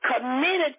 Committed